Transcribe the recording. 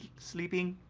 sleeping.